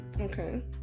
Okay